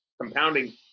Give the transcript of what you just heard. compounding